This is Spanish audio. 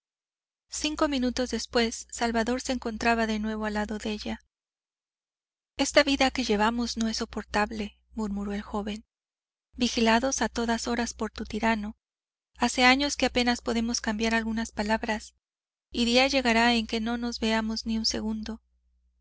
cinco minutos después salvador se encontraba de nuevo al lado de ella esta vida que llevamos no es soportable murmuró el joven vigilados a todas horas por tu tirano hace años que apenas podemos cambiar algunas palabras y día llegará en que no nos veamos ni un segundo